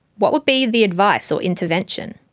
what would be the advice, or intervention?